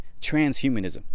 transhumanism